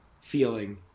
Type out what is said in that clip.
feeling